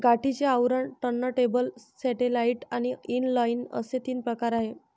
गाठीचे आवरण, turntable, satellite आणि इनलाइन असे तीन प्रकार आहे